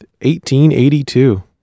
1882